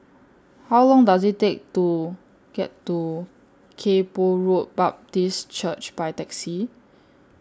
How Long Does IT Take to get to Kay Poh Road Baptist Church By Taxi